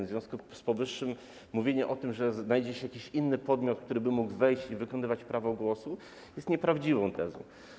W związku z powyższym mówienie o tym, że znajdzie się jakiś inny podmiot, który by mógł wejść i wykonywać prawo głosu, jest nieprawdziwą tezą.